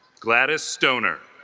gladis stoner